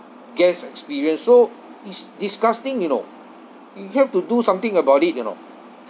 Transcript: guest experience so is disgusting you know you have to do something about it you know